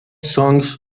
songs